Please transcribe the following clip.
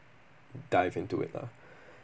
dive into it lah